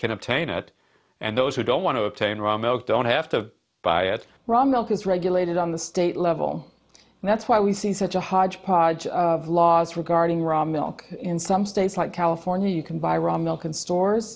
can obtain it and those who don't want to obtain raw milk don't have to buy it raw milk is regulated on the state level and that's why we see such a hodgepodge of laws regarding raw milk in some states like california you can buy raw milk in stores